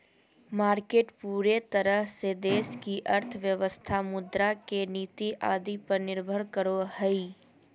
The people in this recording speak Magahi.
मार्केट पूरे तरह से देश की अर्थव्यवस्था मुद्रा के नीति आदि पर निर्भर करो हइ